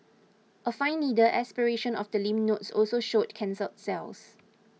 a fine needle aspiration of the lymph nodes also showed cancer cells